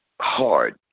hard